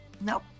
Nope